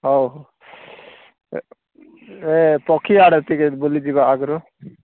ହେଉ ଏ ପକ୍ଷୀ ଆଡ଼େ ଟିକେ ବୁଲିଯିବା ଆଗରୁ